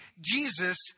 Jesus